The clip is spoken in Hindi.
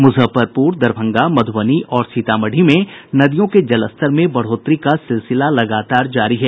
मुजफ्फरपुर दरभंगा मध्बनी और सीतामढ़ी में नदियों के जलस्तर में बढ़ोतरी का सिलसिला लगातार जारी है